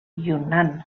yunnan